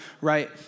right